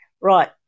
right